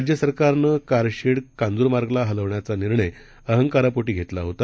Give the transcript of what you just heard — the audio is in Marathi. राज्यसरकारनंकारशेडकांजूरमार्गलाहलवण्याचानिर्णयअहंकारापोटीघेतलाहोता